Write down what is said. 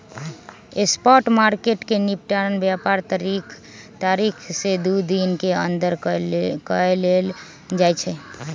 spot market में निपटान व्यापार तारीख से दू दिन के अंदर कऽ लेल जाइ छइ